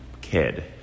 kid